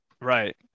Right